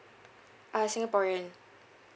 uh singaporean